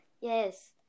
Yes